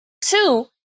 Two